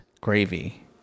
gravy